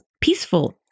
peaceful